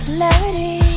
Clarity